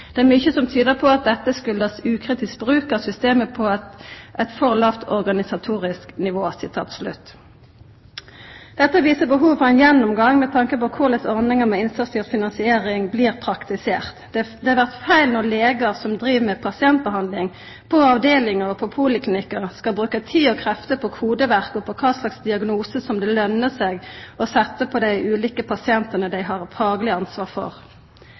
Det er mykje som tyder på at årsaka til dette er ukritisk bruk av systemet på eit for lavt organisatorisk nivå. Dette viser behov for ein gjennomgang med tanke på korleis ordninga med innsatsstyrt finansiering blir praktisert. Det blir feil når legar, som driv med pasientbehandling på avdelingar og poliklinikkar, skal bruka tid og krefter på kodeverk og på kva slag diagnosar som det løner seg å setja på dei ulike pasientane dei har fagleg ansvar for.